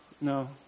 no